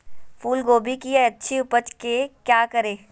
फूलगोभी की अच्छी उपज के क्या करे?